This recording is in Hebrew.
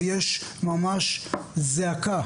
ויש ממש זעקה,